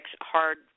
hard